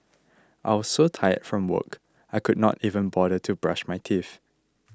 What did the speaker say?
I was so tired from work I could not even bother to brush my teeth